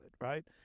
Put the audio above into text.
right